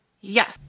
Yes